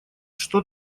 что